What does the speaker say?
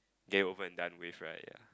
get it over and done with right ya